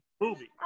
Movie